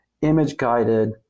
image-guided